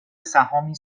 سهامی